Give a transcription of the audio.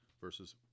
versus